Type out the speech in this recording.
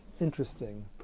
interesting